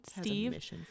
Steve